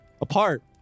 apart